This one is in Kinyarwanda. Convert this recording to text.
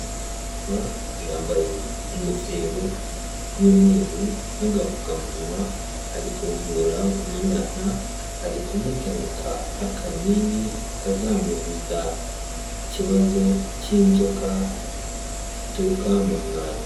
Umu mama yambaye ingofero y'umweru n'agapfukamunwa ari kuvura umwana ari kumutamika akanini kazamurinda ikibazo cy'inzoka zituruka mu mwanda.